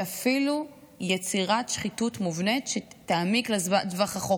ואפילו יצירת שחיתות מובנית לטווח הרחוק.